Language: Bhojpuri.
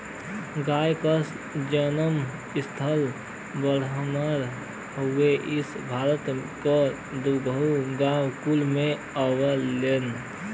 गाय क जनम स्थल बाड़मेर हउवे इ भारत के दुधारू गाय कुल में आवलीन